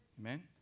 Amen